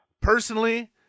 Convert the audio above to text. Personally